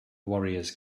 warriors